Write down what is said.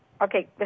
Okay